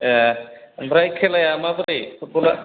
ए आमफ्राय खेलाया माब्रै फुटबला